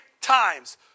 times